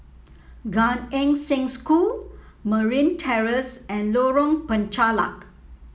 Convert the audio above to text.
Gan Eng Seng School Marine Terrace and Lorong Penchalak